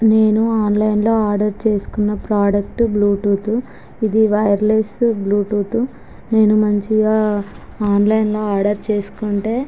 నేను ఆన్లైన్లో ఆర్డర్ చేసుకున్న ప్రోడక్ట్ బ్లూటూత్ ఇది వైర్లెస్ బ్లూటూత్ నేను మంచిగా ఆన్లైన్లో ఆర్డర్ చేసుకుంటే